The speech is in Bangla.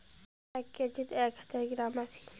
এক কেজিত এক হাজার গ্রাম আছি